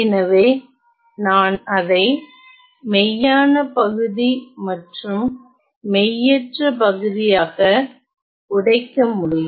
எனவே நான் அதை மெய்யான பகுதி மற்றும் மெய்யற்ற பகுதியாக உடைக்க முடியும்